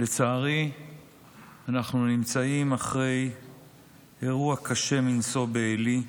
לצערי אנחנו נמצאים אחרי אירוע קשה מנשוא בעלי,